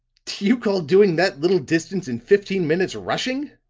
do you call doing that little distance in fifteen minutes rushing?